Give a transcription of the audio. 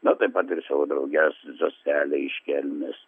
na taip pat savo drauges zoselę iš kelmės